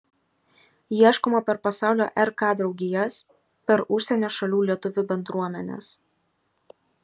ieškoma per pasaulio rk draugijas per užsienio šalių lietuvių bendruomenes